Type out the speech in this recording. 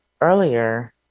earlier